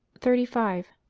thirty five.